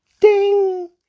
Ding